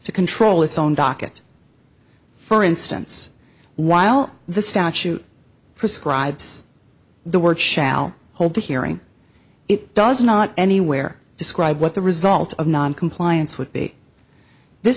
to control its own docket for instance while the statute prescribes the word shall hold the hearing it does not anywhere describe what the result of noncompliance would be th